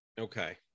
Okay